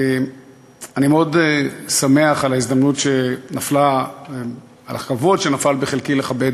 אני מאוד שמח על ההזדמנות ועל הכבוד שנפלו בחלקי לכבד